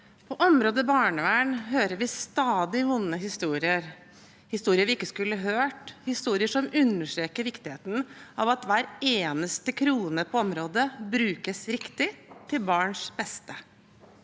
På områ- det barnevern hører vi stadig vonde historier, historier vi ikke skulle hørt, historier som understreker viktigheten av at hver eneste krone på området brukes riktig – til barns beste.